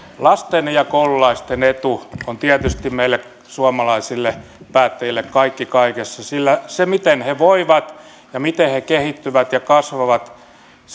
lasten ja koululaisten etu on tietysti meille suomalaisille päättäjille kaikki kaikessa sillä se miten he voivat ja miten he kehittyvät ja kasvavat